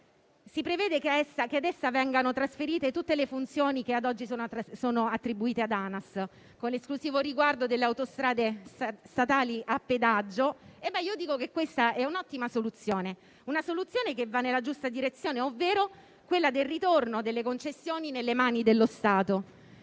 Si prevede che ad essa vengano trasferite tutte le funzioni che ad oggi sono attribuite ad ANAS, con l'esclusivo riguardo delle autostrade statali a pedaggio. Io ritengo che questa è un'ottima soluzione; una soluzione che va nella giusta direzione, ovvero quella del ritorno delle concessioni nelle mani dello Stato.